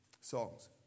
songs